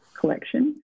collection